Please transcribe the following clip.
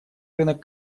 рынок